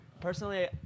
personally